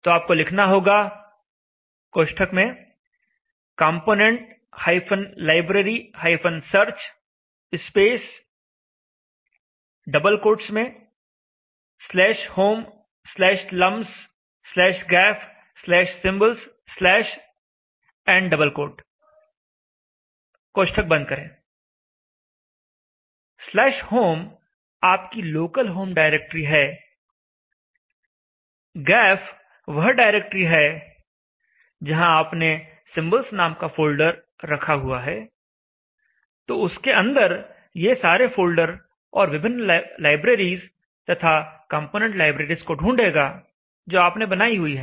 तो आपको लिखना होगा component library search "homelumsgafsymbols" home आपकी लोकल होम डायरेक्टरी है gaf वह डायरेक्टरी है जहां आपने symbols नाम का फोल्डर रखा हुआ है तो उसके अंदर ये सारे फोल्डर और विभिन्न लाइब्रेरीज तथा कंपोनेंट लाइब्रेरीज को ढूंढेगा जो आपने बनाई हुई हैं